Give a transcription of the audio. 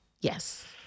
Yes